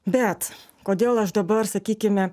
bet kodėl aš dabar sakykime